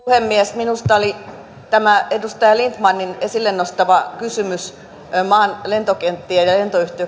puhemies minusta oli tämä edustaja lindtmanin esille nostama kysymys maan lentokenttien ja ja